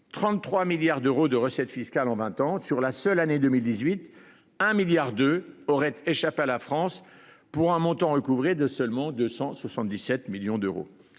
33 milliards d'euros de recettes fiscales en 20 ans sur la seule année 2018, un milliard de aurait échappé à la France pour un montant recouvré de seulement 277 millions d'euros.